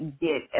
get